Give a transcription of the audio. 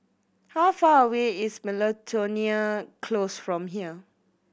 how far away is Miltonia Close from here